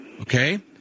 Okay